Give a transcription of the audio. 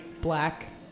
black